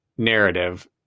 narrative